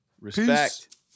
respect